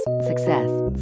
Success